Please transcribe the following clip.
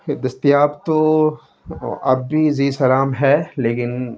دستیاب تو اب بھی زی سلام ہے لیکن